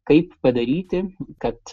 kaip padaryti kad